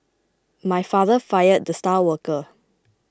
my father fired the star worker